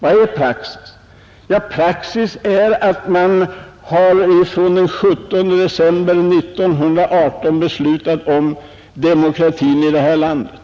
Vad är praxis i detta sammanhang? Den 17 december 1918 beslutades det om demokrati i vårt land.